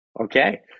Okay